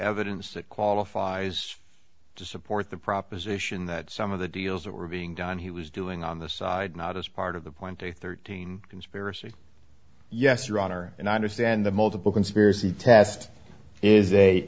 evidence that qualifies to support the proposition that some of the deals were being done he was doing on the side not as part of the point the thirteen conspiracy yes your honor and i understand the multiple conspiracy test is a